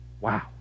Wow